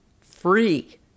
free